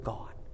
God